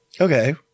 Okay